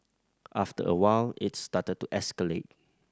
after a while its started to escalate